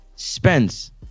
Spence